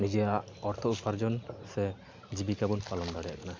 ᱱᱤᱡᱮᱨᱟᱜ ᱚᱨᱛᱷᱚ ᱩᱯᱟᱨᱡᱚᱱ ᱥᱮ ᱡᱤᱵᱤᱠᱟᱵᱚᱱ ᱯᱟᱞᱚᱱ ᱫᱟᱲᱮᱭᱟᱜ ᱠᱟᱱᱟ